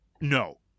No